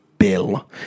bill